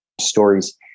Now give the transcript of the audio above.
stories